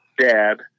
dad